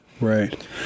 right